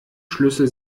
schlüssel